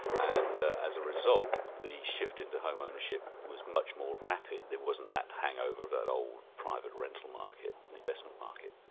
and as a result, the shift into home ownership was much more rapid there wasn't that hangover of that old private rental market, investment market.